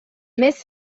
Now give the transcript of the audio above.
més